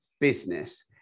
business